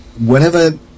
Whenever